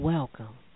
Welcome